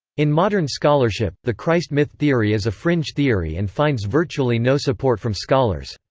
in modern scholarship, the christ myth theory is a fringe theory and finds virtually no support from scholars.